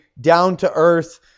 down-to-earth